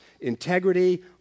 integrity